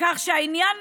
כך שעניין